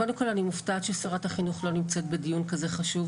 קודם כל אני מופתעת ששרת החינוך לא נמצאת בדיון כזה חשוב,